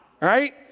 right